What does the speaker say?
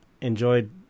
enjoyed